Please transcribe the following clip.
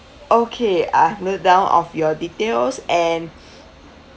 okay I've note down of your details and